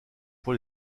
pour